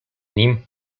nim